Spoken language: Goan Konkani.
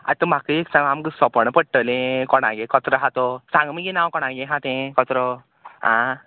तर म्हाका एक सांग आमकां सोपण पडटलें कोणागेर कचरो आहा तो सांग मगे नांव कोणागे आहा तें कचरो आं